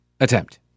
attempt